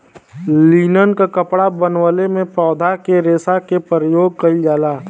linen क कपड़ा बनवले में पौधा के रेशा क परयोग कइल जाला